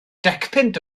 decpunt